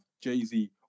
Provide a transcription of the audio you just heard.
Jay-Z